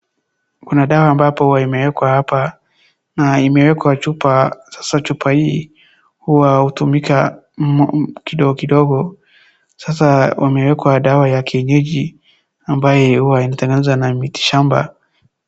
Kuna dawa ambapo huwa imewekwa hapa na imewekwa chupa. Sasa chupa hii huwa hutumika kidogo kidogo. Sasa wamewekwa dawa ya kienyeji ambayo huwa inatengenezwa na miti shamba.